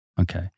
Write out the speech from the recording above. Okay